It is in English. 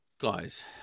guys